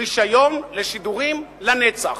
רשיון לשידורים לנצח,